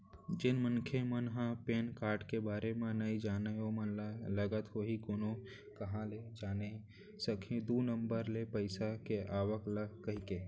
जेन मनखे मन ह पेन कारड के बारे म नइ जानय ओमन ल लगत होही कोनो काँहा ले जाने सकही दू नंबर ले पइसा के आवक ल कहिके